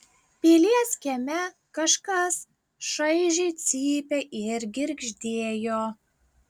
pilies kieme kažkas šaižiai cypė ir girgždėjo